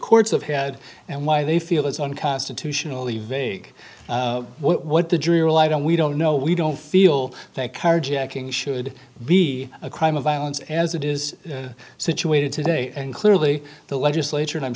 courts of had and why they feel it's unconstitutionally vague what the jury relied on we don't know we don't feel think carjacking should be a crime of violence as it is situated today and clearly the legislature and i'm